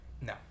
No